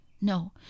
No